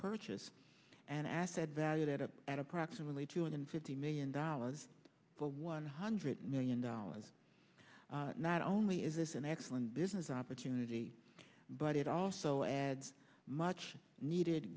purchase an asset valued at up at approximately two hundred fifty million dollars to one hundred million dollars not only is this an excellent business opportunity but it also adds much needed